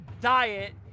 diet